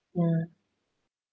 ya